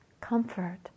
comfort